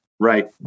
Right